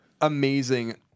amazing